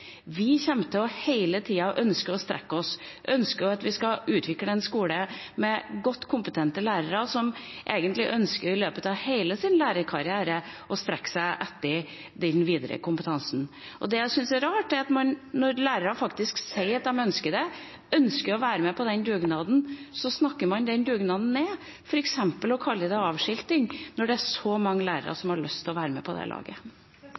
Vi kommer hele tida til å ønske å strekke oss, ønske at vi skal utvikle en skole med godt kompetente lærere som i løpet av hele sin lærerkarriere ønsker å strekke seg etter den videre kompetansen. Det jeg syns er rart, når lærere faktisk sier at de ønsker å være med på den dugnaden, er at man snakker den dugnaden ned. Man kaller det avskilting når det er så mange lærere som har lyst til å være med på det laget.